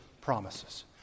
promises